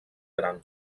gran